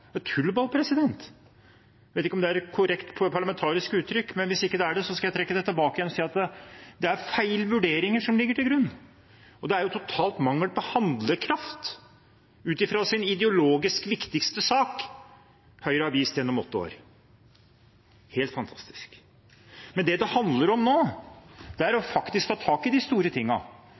vet ikke om det er et korrekt, parlamentarisk uttrykk, men hvis det ikke er det, skal jeg trekke det tilbake og si at det er feil vurderinger som ligger til grunn. Det er total mangel på handlekraft ut fra sin ideologisk viktigste sak Høyre har vist gjennom åtte år. Helt fantastisk. Det det handler om nå, er faktisk å ta tak i de store